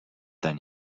then